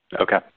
Okay